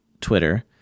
Twitter